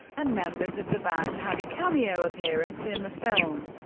and members of the band had a cameo appearance in the film.